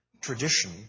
tradition